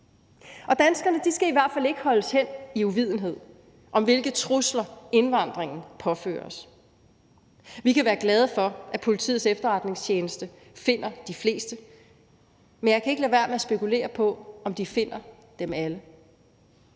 Danskerne skal i hvert fald ikke holdes hen i uvidenhed om, hvilke trusler indvandringen påfører os. Vi kan være glade for, at Politiets Efterretningstjeneste finder de fleste, men jeg kan ikke lade være med at spekulere på, om de finder dem alle.